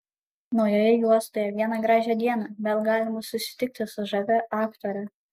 naujoje juostoje vieną gražią dieną vėl galima susitikti su žavia aktore